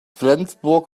flensburg